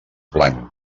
blanc